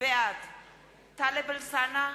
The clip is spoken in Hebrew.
בעד טלב אלסאנע,